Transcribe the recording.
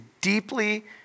deeply